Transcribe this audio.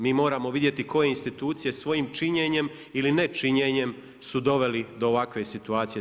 Mi moramo vidjeti koje institucije, svojim činjenjem ili ne činjenjem su doveli do ovakve situacije tu.